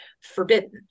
forbidden